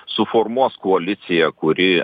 suformuos koaliciją kuri